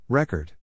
Record